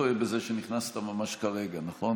תחנות משטרה זה חלק מהבעיה, אתה יודע את זה.